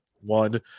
one